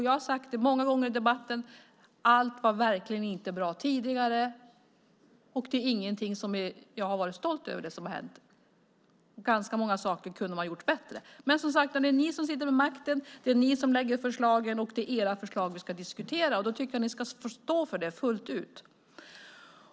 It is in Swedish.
Jag har många gånger i debatten sagt att allt verkligen inte var bra tidigare, och det som har hänt är ingenting som jag är stolt över. Ganska många saker kunde man ha gjort bättre. Men det är ni som sitter vid makten, det är ni som lägger fram förslagen, och det är era förslag som vi ska diskutera. Då tycker jag att ni ska stå för det fullt ut.